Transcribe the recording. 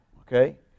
Okay